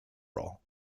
roll